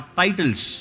titles